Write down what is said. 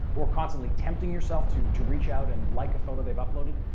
or constantly tempting yourself to to reach out and like a photo they've uploaded,